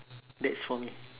that's for me